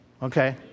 Okay